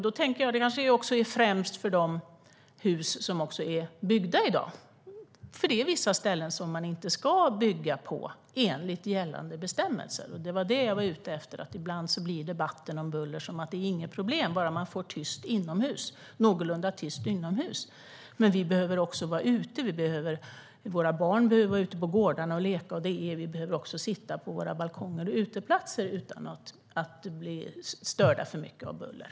Då tänker jag att det kanske främst är för de hus som är byggda i dag, för det är vissa ställen som man inte ska bygga på enligt gällande bestämmelser. Det var det jag var ute efter. Ibland blir debatten om buller så här: Det är inget problem bara man får det någorlunda tyst inomhus. Men vi behöver också vara ute. Våra barn behöver vara ute på gårdarna och leka. Vi behöver sitta på våra balkonger och uteplatser utan att bli störda för mycket av buller.